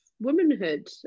womanhood